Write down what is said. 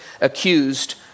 accused